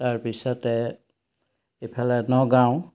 তাৰপিছতে ইফালে নগাঁও